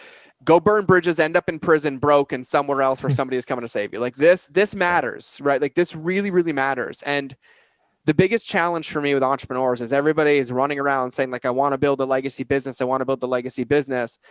go burn bridges, end up in prison, broken somewhere else for somebody who's coming to save you like this, this matters, right? like this really, really matters. and the biggest challenge for me with entrepreneurs is everybody is running around and saying like, i want to build a legacy business. i want to build the legacy business,